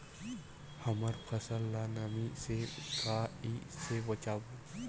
हमर फसल ल नमी से क ई से बचाबो?